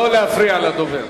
לא להפריע לדובר.